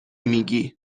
میگی